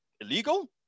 illegal